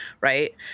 Right